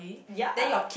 ya